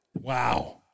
Wow